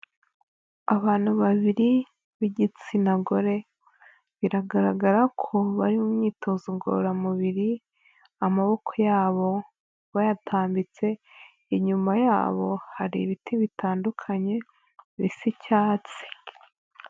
Abantu babiri b'igitsina gore biragaragara ko bari mu myitozo ngororamubiri, amaboko yabo bayatambitse, inyuma yabo hari ibiti bitandukanye bisa icyatsi.